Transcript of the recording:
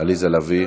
עליזה לביא.